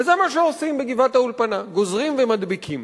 וזה מה שעושים בגבעת-האולפנה, גוזרים ומדביקים.